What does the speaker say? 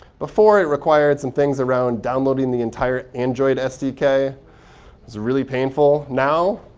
before, it required some things around downloading the entire android sdk. it was really painful. now,